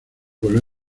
coló